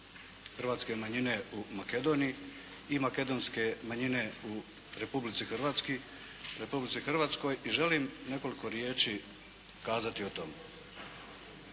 hrvatske manjine u Makedoniji i makedonske manjine u Republici Hrvatskoj, i želim nekoliko riječi kazati o tome.